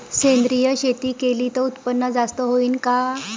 सेंद्रिय शेती केली त उत्पन्न जास्त होईन का?